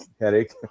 headache